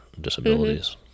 disabilities